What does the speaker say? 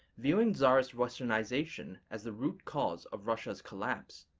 viewing czarist westernization as the root cause of russia's collapse,